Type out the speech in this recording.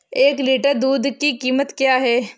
एक लीटर दूध की कीमत क्या है?